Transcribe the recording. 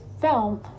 film